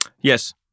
Yes